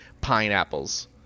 Pineapples